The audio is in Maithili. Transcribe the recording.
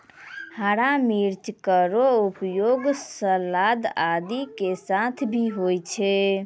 हरा मिर्च केरो उपयोग सलाद आदि के साथ भी होय छै